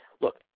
look